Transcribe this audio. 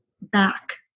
back